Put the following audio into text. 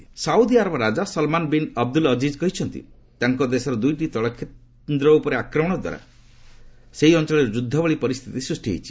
Saudi China Saudi Arab ରାଜା Salman bin Abdul Aziz କହିଛନ୍ତି ତାଙ୍କ ଦେଶର ଦୁଇଟି ତୈଳକେନ୍ଦ୍ର ଉପରେ ଆକ୍ରମଣ ଦ୍ୱାରା ଏହି ଅଞ୍ଚଳରେ ଯୁଦ୍ଧ ଭଳି ପରିସ୍ଥିତି ସୃଷ୍ଟି ହୋଇଛି